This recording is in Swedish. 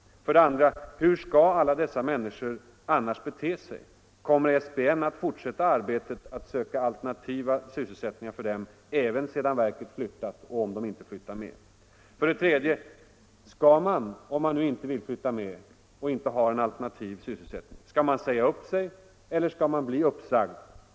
2. Hur skall alla dessa människor annars bete sig? Kommer SPN att fortsätta arbetet att söka alternativa sysselsättningar för dem även sedan verket flyttat om de inte flyttar med? 3. Skall man, om man absolut inte vill flytta med och inte har en alternativ sysselsättning, säga upp sig eller skall man bli uppsagd?